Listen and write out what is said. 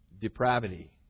depravity